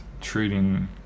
treating